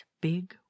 big